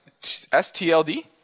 stld